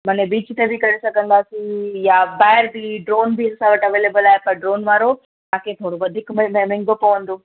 मन बीच ते बि करे सघंदासीं या बाहिरि बि ड्रोन बि असां वटि अवेलेबल आहे पर ड्रोन वारो तव्हांखे थोरो वधीक म महांगो पवंदो